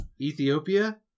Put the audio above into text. ethiopia